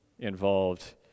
involved